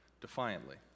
defiantly